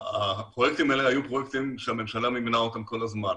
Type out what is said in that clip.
הפרויקטים האלה היו פרויקטים שהממשלה מימנה אותם כל הזמן,